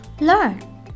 learn